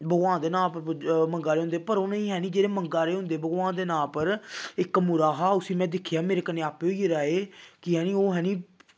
भगवान दे नांऽ उप्पर मंगा दे होंदे पर उ'नेंगी हैनी जेह्ड़े मंगा दे होंदे भगवान दे नांऽ उप्पर इक मुड़ा हा उसी में दिक्खेआ मेरे कन्नै आपे होई गेदा एह् गेआ एह् कि हैनी ओह् हैनी